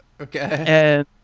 Okay